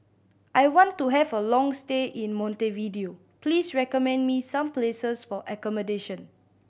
I want to have a long stay in Montevideo please recommend me some places for accommodation